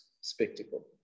spectacle